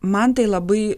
man tai labai